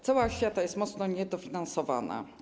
Cała oświata jest mocno niedofinansowana.